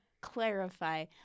clarify